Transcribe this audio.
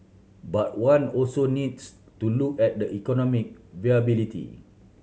but one also needs to look at the economic viability